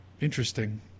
Interesting